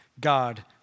God